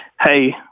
Hey